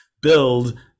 build